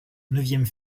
neuvième